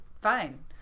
fine